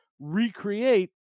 recreate